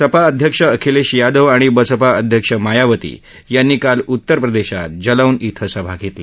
सपा अध्यक्ष अखिलेश यादव आणि बसपा अध्यक्ष मायावती यांनी काल उत्तर प्रदेशात जलौन इथं सभा घेतली